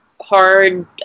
hard